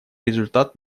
результат